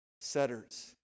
setters